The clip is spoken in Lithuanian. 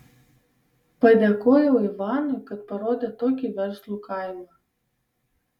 padėkojau ivanui kad parodė tokį verslų kaimą